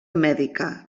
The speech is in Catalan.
mèdica